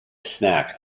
snack